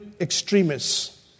extremists